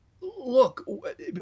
look